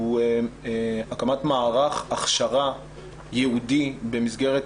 הוא הקמת מערך הכשרה ייעודי במסגרת